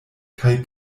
kaj